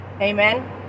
Amen